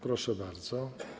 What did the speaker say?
Proszę bardzo.